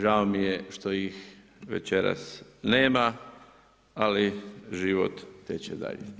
Žao mi je što ih večeras nema, ali život teče dalje.